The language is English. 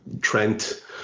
Trent